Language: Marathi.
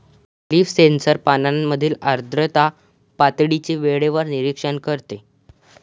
लीफ सेन्सर पानांमधील आर्द्रता पातळीचे वेळेवर निरीक्षण करते